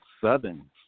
southern